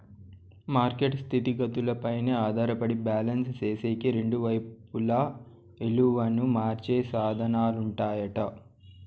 market స్థితిగతులపైనే ఆధారపడి balance సేసేకి రెండు వైపులా ఇలువను మార్చే సాధనాలుంటాయట